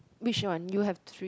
which one you have three